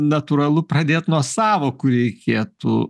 natūralu pradėt nuo sąvokų reikėtų